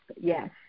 yes